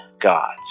gods